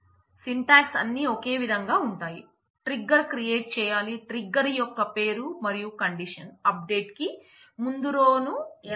కాబట్టి సింటాక్స్ తీసుకుంటుంది